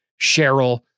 Cheryl